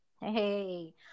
hey